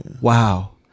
wow